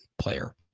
player